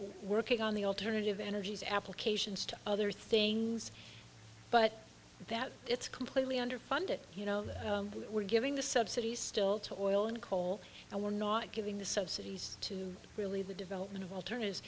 working on the alternative energies applications to other things but that it's completely underfunded you know we're giving the subsidies still to oil and coal and we're not giving the subsidies to really the development of alternatives